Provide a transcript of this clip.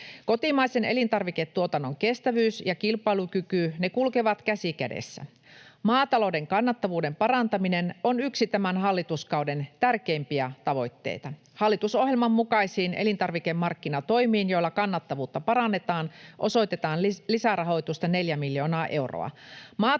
Kotimaisen elintarviketuotannon kestävyys ja kilpailukyky kulkevat käsi kädessä. Maatalouden kannattavuuden parantaminen on yksi tämän hallituskauden tärkeimpiä tavoitteita. Hallitusohjelman mukaisiin elintarvikemarkkinatoimiin, joilla kannattavuutta parannetaan, osoitetaan lisärahoitusta 4 miljoonaa euroa.